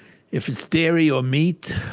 if it's dairy or meat.